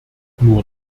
nur